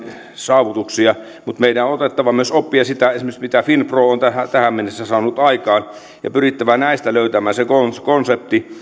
saavutuksia mutta meidän on otettava myös oppia esimerkiksi siitä mitä finpro on tähän mennessä saanut aikaan ja pyrittävä näistä löytämään se konsepti konsepti niin